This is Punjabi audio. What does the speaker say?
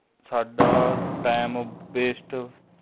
ਸਾਡਾ ਟਾਈਮ ਵੇਸਟ